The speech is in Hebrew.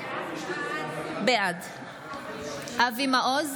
בעד אבי מעוז,